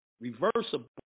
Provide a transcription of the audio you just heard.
reversible